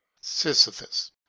Sisyphus